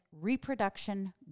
reproduction